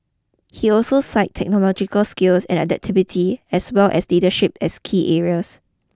he also cite technological skills and adaptability as well as leadership as key areas